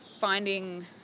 finding